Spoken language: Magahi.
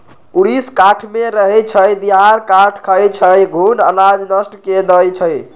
ऊरीस काठमे रहै छइ, दियार काठ खाई छइ, घुन अनाज नष्ट कऽ देइ छइ